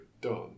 done